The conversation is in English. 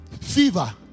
fever